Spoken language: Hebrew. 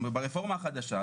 ברפורמה החדשה,